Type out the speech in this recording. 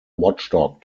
watchdog